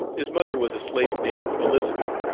his mother was a slave named elizabeth,